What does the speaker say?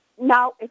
No